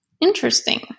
Interesting